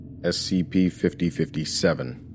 SCP-5057